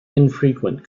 infrequent